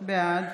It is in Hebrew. בעד